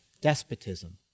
despotism